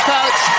Coach